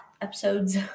episodes